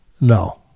No